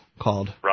called